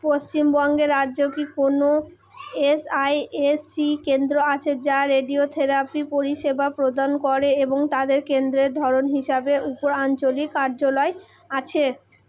পশ্চিমবঙ্গ রাজ্যে কি কোনও এস আই এস সি কেন্দ্র আছে যা রেডিওথেরাপি পরিষেবা প্রদান করে এবং তাদের কেন্দ্রের ধরন হিসাবে উপ আঞ্চলিক কার্যালয় আছে